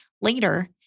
Later